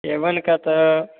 Avon का तो